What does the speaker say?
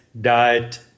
diet